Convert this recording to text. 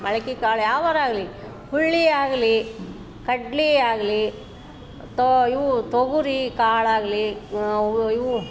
ಮೊಳ್ಕೆ ಕಾಳು ಯಾವಾರ ಆಗಲೀ ಹುರುಳಿ ಆಗಲೀ ಕಡ್ಲೇ ಆಗಲೀ ತೋ ಇವು ತೊಗರಿ ಕಾಳಾಗಲೀ ಅವು ಇವು